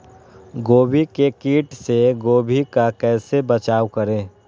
गोभी के किट से गोभी का कैसे बचाव करें?